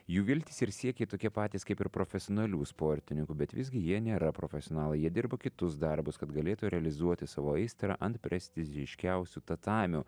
jų viltys ir siekiai tokie patys kaip ir profesionalių sportininkų bet visgi jie nėra profesionalai jie dirba kitus darbus kad galėtų realizuoti savo aistrą ant prestižiškiausių tatamių